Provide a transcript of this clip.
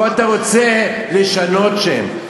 פה אתה רוצה לשנות שם.